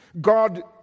God